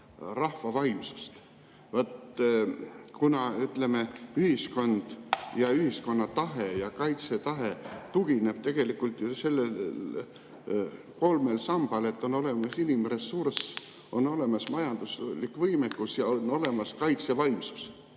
rahva vaimsust? Ütleme, ühiskond ja ühiskonna tahe ja kaitsetahe tugineb tegelikult ju kolmel sambal, et on olemas inimressurss, on olemas majanduslik võimekus ja on olemas kaitsevaimsus.